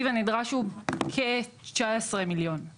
אז